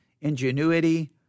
ingenuity